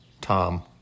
Tom